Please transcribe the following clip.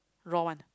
raw one